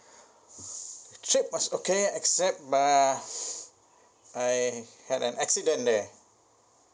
trip was okay except my I had an accident there